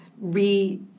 re